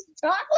chocolate